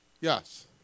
Yes